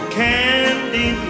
candy